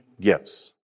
gifts